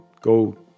go